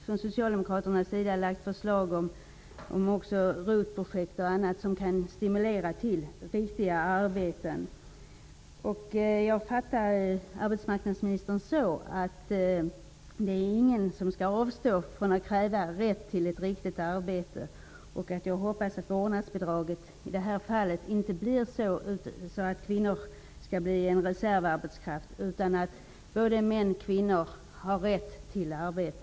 Från Socialdemokraternas sida har det lagts fram förslag om bl.a. ROT projekt, som kan stimulera till riktiga arbeten. Jag uppfattar arbetsmarknadsministern så, att det inte är någon som skall avstå från att kräva rätt till ett riktigt arbete. Jag hoppas att vårdnadsbidraget i det här fallet inte innebär att kvinnor blir en reservarbetskraft utan att både män och kvinnor har rätt till arbete.